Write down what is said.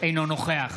אינו נוכח